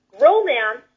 romance